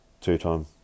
Two-time